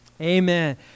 Amen